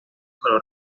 color